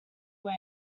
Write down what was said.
way